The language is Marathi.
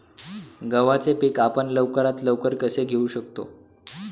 गव्हाचे पीक आपण लवकरात लवकर कसे घेऊ शकतो?